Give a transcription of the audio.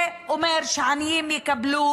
זה אומר שהעניים יקבלו